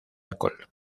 alcohol